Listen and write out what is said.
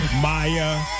Maya